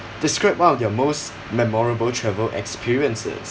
describe one of your most memorable travel experiences